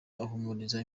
ahumuriza